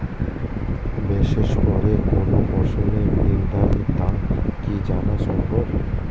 Message করে কোন ফসলের নির্ধারিত দাম কি জানা সম্ভব?